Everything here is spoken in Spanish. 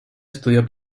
estudió